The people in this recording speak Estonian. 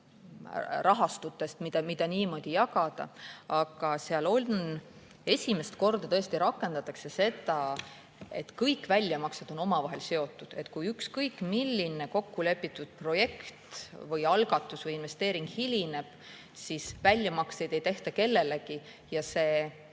rahastutest, mida niimoodi jagada. Aga esimest korda tõesti rakendatakse seda, et kõik väljamaksed on omavahel seotud. Kui ükskõik milline kokkulepitud projekt või algatus või investeering hilineb, siis väljamakseid ei tehta kellelegi. Ei